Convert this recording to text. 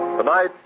Tonight